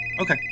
Okay